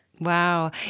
Wow